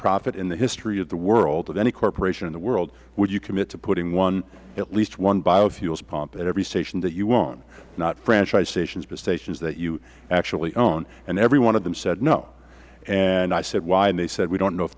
profit in the history of the world of any corporation of the world would you commit to putting at least one biofuels pump at every station that you own not franchise stations but stations that you actually own and every one of them said no and i said why and they said we don't know if